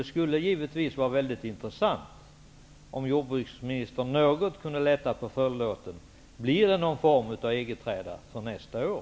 Det skulle givetvis vara mycket intressant om jordbruksministern något kunde lätta på förlåten. Blir det någon form av EG-träda för nästa år?